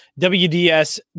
WDS